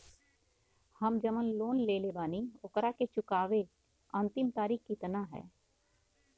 हम जवन लोन लेले बानी ओकरा के चुकावे अंतिम तारीख कितना हैं?